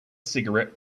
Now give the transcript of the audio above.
cigarette